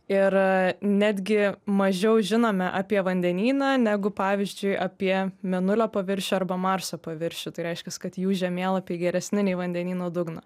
ir netgi mažiau žinome apie vandenyną negu pavyzdžiui apie mėnulio paviršių arba marso paviršių tai reiškias kad jų žemėlapiai geresni nei vandenyno dugno